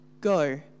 Go